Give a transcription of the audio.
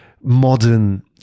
modern